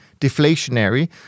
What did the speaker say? deflationary